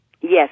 Yes